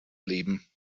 leben